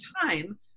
time